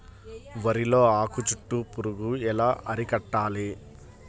వరిలో ఆకు చుట్టూ పురుగు ఎలా అరికట్టాలి?